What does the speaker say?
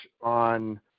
on